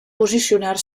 posicionar